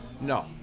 No